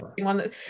one